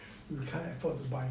we can't afford to buy